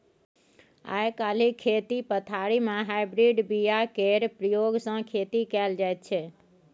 आइ काल्हि खेती पथारी मे हाइब्रिड बीया केर प्रयोग सँ खेती कएल जाइत छै